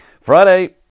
Friday